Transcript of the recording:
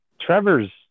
Trevor's